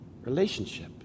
Relationship